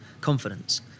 confidence